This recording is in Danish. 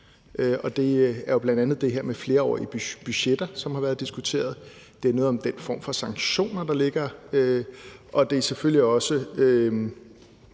det er jo bl.a. det her med flerårige budgetter, som har været diskuteret; det er noget om den form for sanktioner, der ligger i loven, og det er selvfølgelig også,